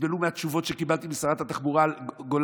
יסבלו מהתשובות שקיבלתי משרת התחבורה על גולן,